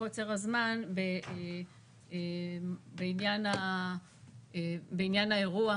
בעניין האירוע.